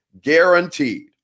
guaranteed